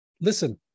listen